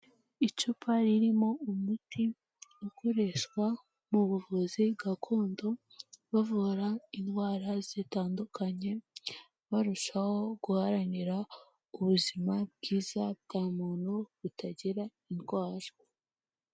Icupa ririmo umuti ukoreshwa mu buvuzi gakondo bavura indwara zitandukanye, barushaho guharanira ubuzima bwiza bwa muntu butagira indwara.